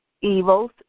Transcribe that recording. evils